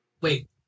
Wait